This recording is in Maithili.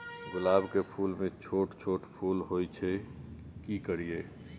गुलाब के फूल में छोट छोट फूल होय छै की करियै?